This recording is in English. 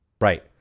Right